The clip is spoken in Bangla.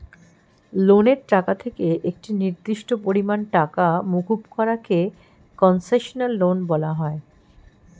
লোনের টাকা থেকে একটি নির্দিষ্ট পরিমাণ টাকা মুকুব করা কে কন্সেশনাল লোন বলা হয়